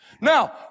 Now